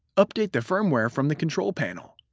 update the firmware from the control panel,